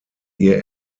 ihr